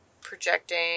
projecting